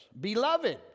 Beloved